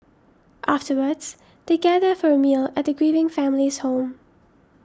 afterwards they gather for a meal at the grieving family's home